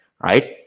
right